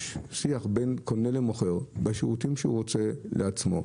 שיח בין קונה למוכר בשירותים שהוא רוצה לעצמו.